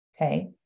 okay